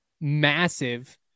massive